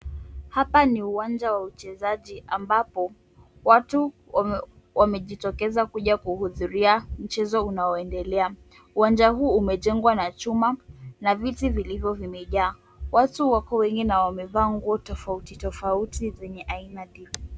Hapa ni uwanja wa uchezaji ambapo watu wamejitokeza kuja kuhudhuria mchezo unaondelea .Uwanja huu umejengwa na chuma na viti vilivyo vimejaa. Watu wako wengi na wamevaa nguo tofauti tofauti zenye aina different .